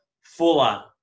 Fuller